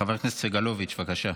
חבר הכנסת סגלוביץ', בבקשה.